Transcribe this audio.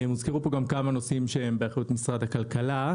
הוזכרו פה גם כמה נושאים שהם באחריות משרד הכלכלה,